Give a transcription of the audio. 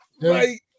Right